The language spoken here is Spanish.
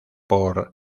por